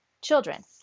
children